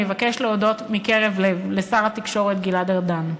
אני מבקשת להודות מקרב לב לשר התקשורת גלעד ארדן.